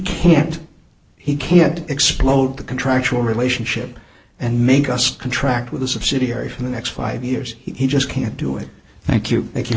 can't he can't explode the contractual relationship and make us contract with the subsidiary for the next five years he just can't do it thank you thank you